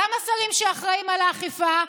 גם השרים שאחראים על האכיפה?